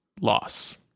loss